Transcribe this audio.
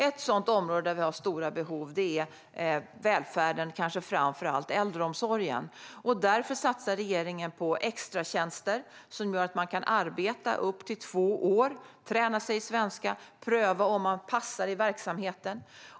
Ett sådant område är välfärden, framför allt äldreomsorgen. Därför satsar regeringen på extratjänster, som gör att man kan arbeta upp till två år, träna sig i svenska och pröva om man passar i verksamheten.